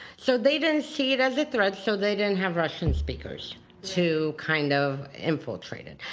so they didn't see it as a threat, so they didn't have russian speakers to kind of infiltrate it.